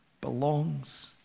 belongs